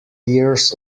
years